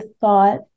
thought